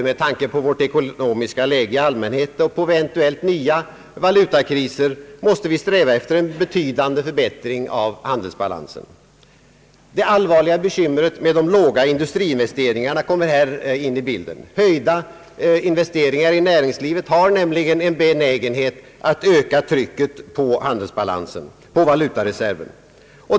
Med tanke på både vårt ekonomiska läge i allmänhet och eventuella nya valutakriser måste vi sträva efter en betydande förbättring av handelsbalansen. Det allvarliga bekymret med de låga industriinvesteringarna kommer här in i bilden. Ökade investeringar i näringslivet har nämligen en benägenhet att öka trycket på valutareserven.